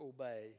obey